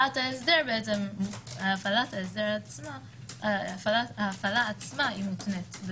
ההפעלה עצמה מותנית.